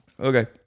Okay